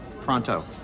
Pronto